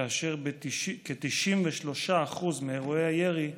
כאשר כ-93% מאירועי הירי,